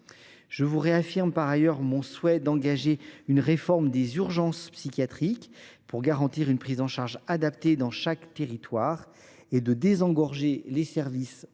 Je vous réaffirme par ailleurs mon souhait d’engager une réforme des urgences psychiatriques, afin de garantir une prise en charge adaptée dans chaque territoire et de désengorger les services hospitaliers,